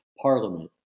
parliament